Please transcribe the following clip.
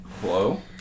Hello